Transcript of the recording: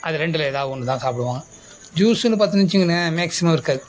அது ரெண்டில் ஏதாவது ஒன்று தான் சாப்பிடுவோம் ஜூஸ்ஸுன்னு பார்த்தோன்னு வச்சுக்கோங்களன் மேக்சிமம் இருக்காது